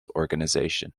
organization